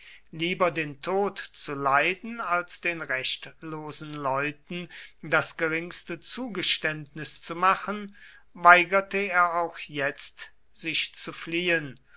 lieber den tod zu leiden als den rechtlosen leuten das geringste zugeständnis zu machen weigerte er auch jetzt sich zu fliehen